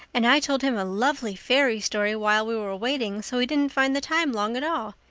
and i told him a lovely fairy story while we were waiting, so he didn't find the time long at all.